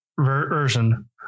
version